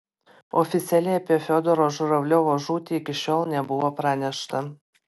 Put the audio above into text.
oficialiai apie fiodoro žuravliovo žūtį iki šiol nebuvo pranešta